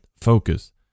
focus